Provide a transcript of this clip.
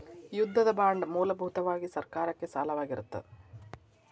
ಯುದ್ಧದ ಬಾಂಡ್ ಮೂಲಭೂತವಾಗಿ ಸರ್ಕಾರಕ್ಕೆ ಸಾಲವಾಗಿರತ್ತ